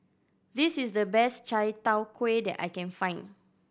this is the best chai tow kway that I can find